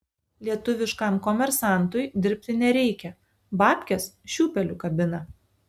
lietuviškam komersantui dirbti nereikia babkes šiūpeliu kabina